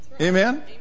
Amen